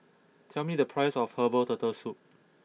Tell me the price of Herbal Turtle Soup